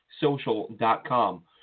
social.com